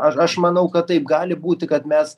a aš manau kad taip gali būti kad mes